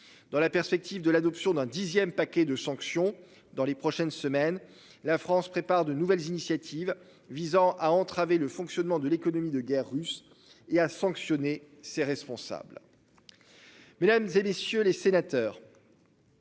Dans la perspective de l'adoption d'un dixième paquets de sanctions dans les prochaines semaines. La France prépare de nouvelles initiatives visant à entraver le fonctionnement de l'économie de guerre russe et à sanctionner ces responsables. Mesdames, et messieurs les sénateurs.